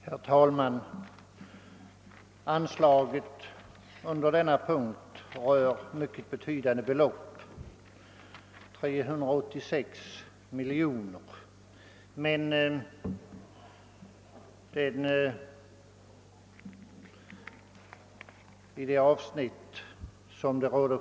Herr talman! Anslaget under denna punkt rör mycket betydande belopp, 386 miljoner kronor.